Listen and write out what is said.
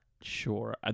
sure